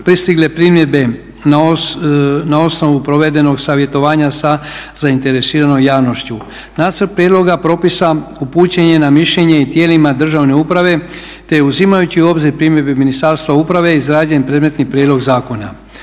pristigle primjedbe na osnovu provedenog savjetovanja sa zainteresiranom javnošću. Nacrt prijedloga propisa upućen je na mišljenje i tijelima državne uprave te uzimajući u obzir primjedbe Ministarstva uprave izrađen je predmetni prijedlog zakona.